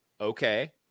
okay